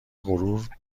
غرور